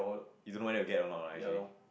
you don't know whether you will get or not right actually